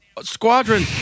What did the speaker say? squadron